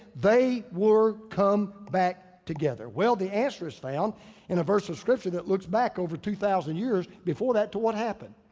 they would come back together? well, the answer is found in a verse of scripture that looks back over two thousand years before that to what happened.